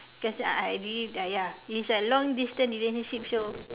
guess I believe that ya it is a long distance relationship so